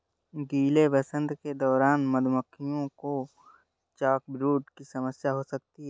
गीले वसंत के दौरान मधुमक्खियों को चॉकब्रूड की समस्या हो सकती है